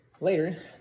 Later